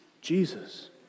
Jesus